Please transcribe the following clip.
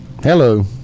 Hello